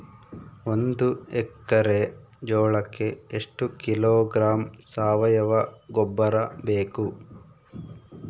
ಒಂದು ಎಕ್ಕರೆ ಜೋಳಕ್ಕೆ ಎಷ್ಟು ಕಿಲೋಗ್ರಾಂ ಸಾವಯುವ ಗೊಬ್ಬರ ಬೇಕು?